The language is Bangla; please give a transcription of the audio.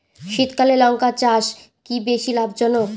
শীতকালে লঙ্কা চাষ কি বেশী লাভজনক?